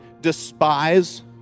despise